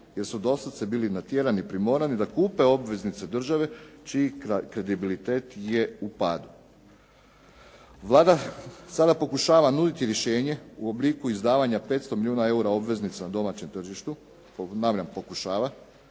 jer su doslovce bili natjerani, primorani da kupe obveznice države čiji kredibilitet je u padu. Vlada sada pokušava nuditi rješenje u obliku izdavanja 500 milijuna eura obveznica na domaćem tržištu, ponavljam pokušava